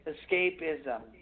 Escapism